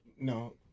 No